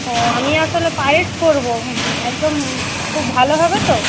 ও আমি আসলে পায়েস করব একদম খুব ভালো হবে তো